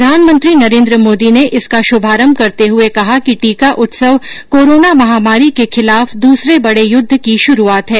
प्रधानमंत्री नरेन्द्र मोदी ने इसका शुभारम्भ करते हुए कहा कि टीका उत्सव कोरोना महामारी के खिलाफ दूसरे बड़े युद्ध की शुरूआत है